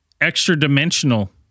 Extra-dimensional